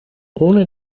ohne